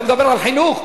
אתה מדבר על חינוך?